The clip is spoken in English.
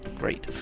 great.